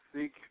Seek